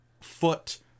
foot